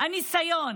הניסיון,